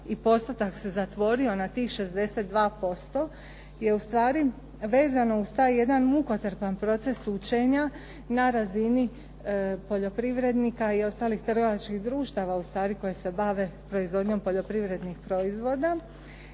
i postotak se zatvorio na tih 62%, je ustvari vezano uz taj jedan mukotrpan proces učenja na razini poljoprivrednika i ostalih trgovačkih društava ustvari koji se bave proizvodnjom poljoprivrednih proizvoda.